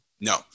No